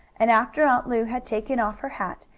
and after aunt lu had taken off her hat,